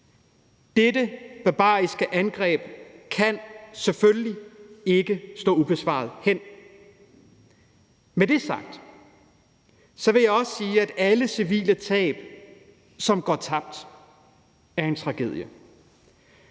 Dette barbariske angreb kan selvfølgelig ikke stå ubesvaret hen. Med det sagt vil jeg også sige, at alle civile tab er en tragedie,